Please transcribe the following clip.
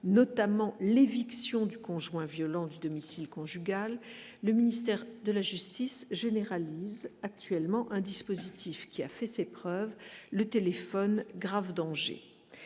notamment l'éviction du conjoint violent du domicile conjugal, le ministère de la justice généralise actuellement un dispositif qui a fait ses preuves, le téléphone grave danger ce